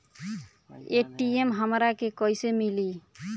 ATM हमरा के कइसे मिली?